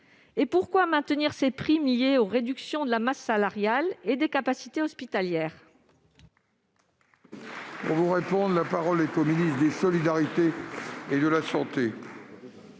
? Pourquoi maintenir ces primes liées aux réductions de la masse salariale et des capacités hospitalières ?